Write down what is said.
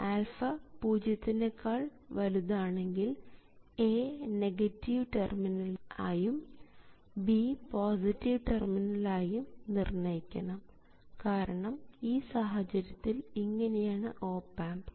α പൂജ്യത്തിനെക്കാൾ വലുതാണെങ്കിൽ A negative terminal ആയും B പോസിറ്റീവ് ടെർമിനൽ ആയും നിർണ്ണയിക്കണം കാരണം ഈ സാഹചര്യത്തിൽ ഇങ്ങനെയാണ് ഓപ് ആമ്പ്